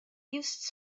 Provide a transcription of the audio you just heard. used